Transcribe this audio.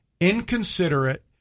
inconsiderate